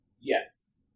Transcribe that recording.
Yes